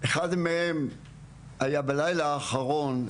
אחד מהם היה בלילה האחרון,